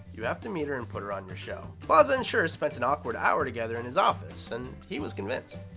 you have to meet her and put her on your show. plaza and schur spent an awkward hour together in his office, and he was convinced.